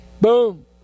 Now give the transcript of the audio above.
Boom